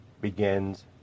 begins